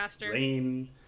rain